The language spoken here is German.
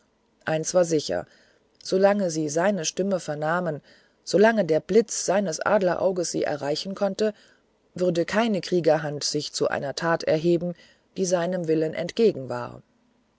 eins war sicher solange sie seine stimme vernahmen solange der blitz seines adlerauges sie erreichen konnte würde keine kriegerhand sich zu einer tat erheben die seinem willen entgegen war